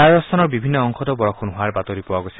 ৰাজস্থানৰ বিভিন্ন অংশতো বৰষুণ হোৱাৰ বাতৰি পোৱা গৈছে